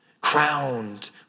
crowned